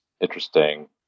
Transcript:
interesting